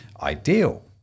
ideal